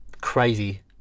crazy